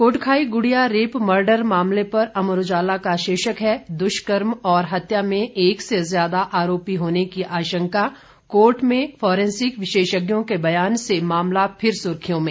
Kotkhai Gudiya rape murder मामले पर अमर उजाला का शीर्षक है दृष्कर्म और हत्या में एक से ज्यादा आरोपी होने की आशंका कोर्ट में फारेंसिक विशेषज्ञों के बयान से मामला फिर सुर्खियों में